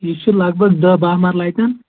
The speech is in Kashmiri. یہِ چھُ لگ بگ دہ بَہہ مَرلہٕ اَتٮ۪ن